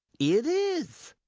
it is,